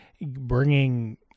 bringing